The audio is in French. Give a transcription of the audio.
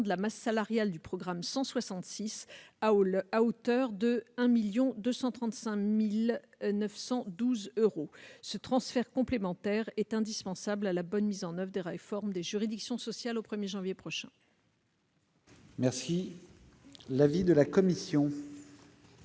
de la masse salariale du programme 166, à hauteur de 1 235 912 euros. Ce transfert complémentaire est indispensable à la bonne mise en oeuvre des réformes des juridictions sociales au 1 janvier prochain.